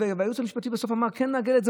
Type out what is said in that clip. והייעוץ המשפטי בסוף אמר: כן, לעגל את זה.